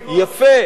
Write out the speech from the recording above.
לדוגמה.